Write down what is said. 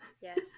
Yes